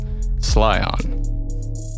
Slyon